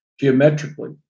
geometrically